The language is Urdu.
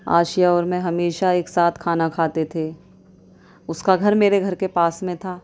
آسیہ اور میں ہمیشہ ایک ساتھ کھانا کھاتے تھے اس کا گھر میرے گھر کے پاس میں تھا